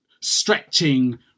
stretching